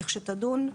לכשתדון,